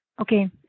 Okay